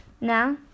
Now